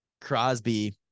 Crosby